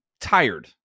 tired